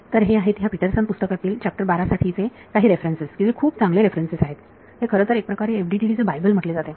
तर हे आहेत ह्या पीटरसन पुस्तकातील चॅप्टर 12 साठी ते काही रेफरन्सेस की जे खूप चांगले रेफरन्सेस आहेत हे खरंतर एक प्रकारे FDTD चे बायबल म्हटले जाते